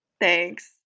Thanks